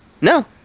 No